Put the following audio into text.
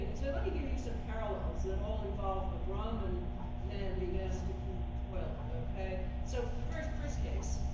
so let me give you some parallels that all involve a brahmin man being asked to clean the toilet ok? so first first case,